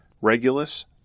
Regulus